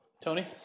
Tony